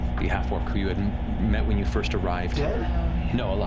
the half-orc who you had met when you first arrived you know ah